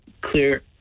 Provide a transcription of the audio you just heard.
clear